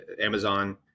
Amazon